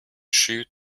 shoot